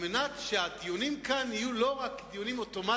על מנת שהדיונים כאן יהיו לא רק אוטומטיים,